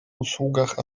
usługach